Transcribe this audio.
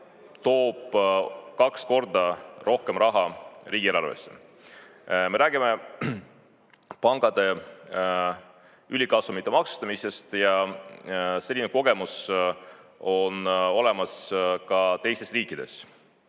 toob kaks korda rohkem raha riigieelarvesse.Me räägime pankade ülikasumite maksustamisest. Selline kogemus on olemas ka teistes riikides.